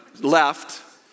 left